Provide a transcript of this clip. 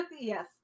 Yes